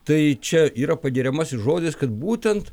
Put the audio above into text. tai čia yra pagiriamasis žodis kad būtent